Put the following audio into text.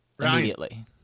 immediately